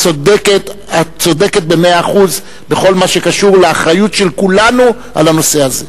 את צודקת במאה אחוז בכל מה שקשור לאחריות של כולנו לנושא הזה.